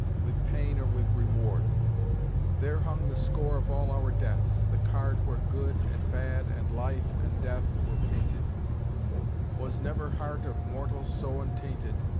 with pain or with reward there hung the score of all our debts, the card where good, and bad, and life, and death, were painted was never heart of mortal so untainted,